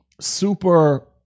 super